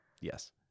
Yes